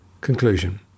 Conclusion